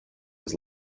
was